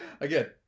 again –